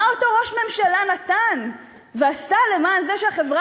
מה אותו ראש ממשלה נתן ועשה למען זה שהחברה